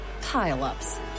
pile-ups